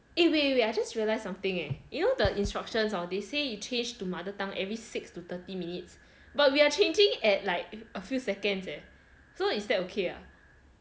eh wait wait wait I just realised something leh you know the instructions hor they say you change to mother tongue every six to thirty minutes but we are changing at like a few seconds leh so is that okay ah